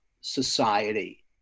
society